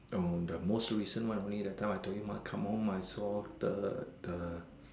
oh the most recent one only that time I told you mah come home I saw the the